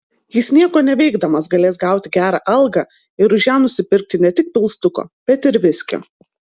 jis nieko neveikdamas galės gauti gerą algą ir už ją nusipirkti ne tik pilstuko bet ir viskio